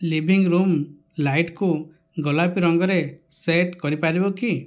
living room ଲାଇଟ୍କୁ ଗୋଲାପୀ ରଙ୍ଗରେ ସେଟ୍ କରିପାରିବ କି